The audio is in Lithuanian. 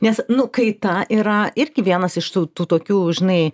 nes nu kaita yra irgi vienas iš tų tokių žinai